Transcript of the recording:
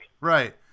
Right